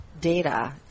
data